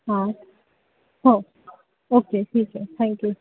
हां हो ओके ठीक आहे थँक्यू